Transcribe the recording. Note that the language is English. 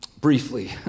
briefly